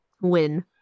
Win